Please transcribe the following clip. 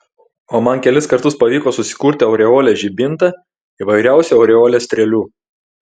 o man kelis kartus pavyko susikurti aureolės žibintą įvairiausių aureolės strėlių